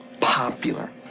popular